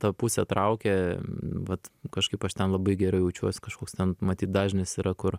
ta pusė traukė vat kažkaip aš ten labai gerai jaučiuos kažkoks ten matyt dažnis yra kur